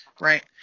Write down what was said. right